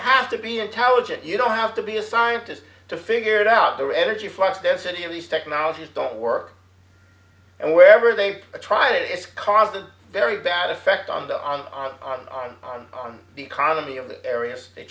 have to be intelligent you don't have to be a scientist to figure it out their energy from the density of these technologies don't work and wherever they try it it's caused a very bad effect on the on on on on on the economy of the areas they